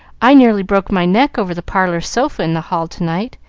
i nearly broke my neck over the parlor sofa in the hall to-night.